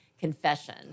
Confession